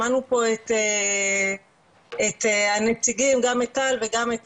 שמענו פה את הנציגים גם את טל וגם את